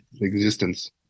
existence